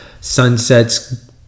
sunsets